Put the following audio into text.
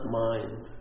mind